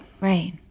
right